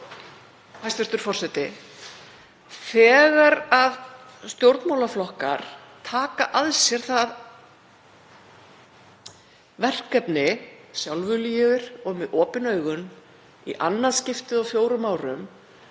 þegar stjórnmálaflokkar taka að sér það verkefni, sjálfviljugir og með opin augun, í annað skiptið á fjórum árum,